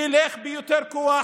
ילך ביותר כוח,